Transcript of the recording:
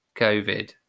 COVID